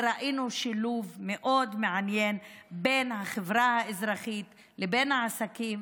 וראינו שילוב מאוד מעניין בין החברה האזרחית לבין העסקים,